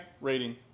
rating